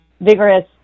vigorous